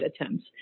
attempts